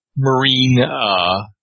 marine